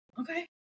okay